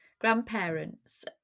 grandparents